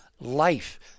life